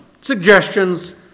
suggestions